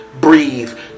breathe